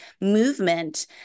movement